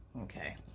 okay